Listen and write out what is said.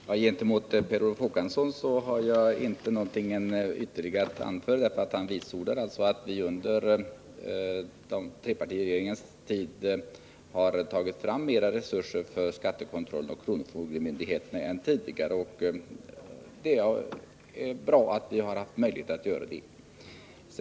Herr talman! Gentemot Per Olof Håkansson har jag inte något ytterligare att anföra, därför att han vitsordar att vi under trepartiregeringens tid har tagit fram mera resurser för skattekontroll och kronofogdemyndigheterna än man tidigare gjort. Och det är bra att vi har haft möjlighet att göra det.